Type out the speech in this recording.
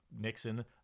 Nixon